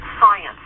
science